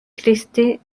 christie